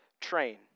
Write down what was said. train